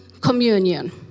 communion